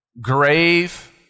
grave